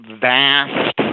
vast